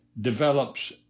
develops